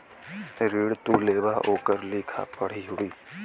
ऋण तू लेबा ओकर लिखा पढ़ी होई